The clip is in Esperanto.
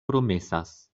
promesas